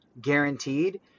guaranteed